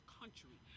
country